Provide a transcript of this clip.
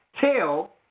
tell